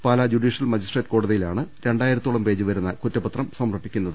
Pala judicial magistrate കോടതിയിലാണ് രണ്ടാ യിരം പേജ് വരുന്ന കുറ്റപത്രം സമർപ്പിക്കുന്നത്